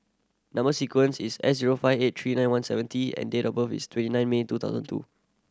number sequence is S zero five eight three nine one seven T and date of birth is twenty nine May two thousand two